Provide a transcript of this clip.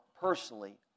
personally